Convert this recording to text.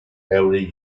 every